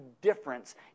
difference